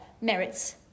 merits